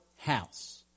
house